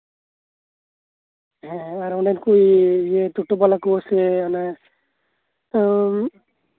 ᱦᱮᱸ ᱦᱮᱸ ᱚᱱᱟ ᱠᱚ ᱴᱳᱴᱳ ᱵᱟᱞᱟ ᱠᱚ ᱥᱮ ᱛᱳ